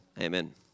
amen